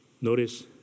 Notice